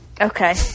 Okay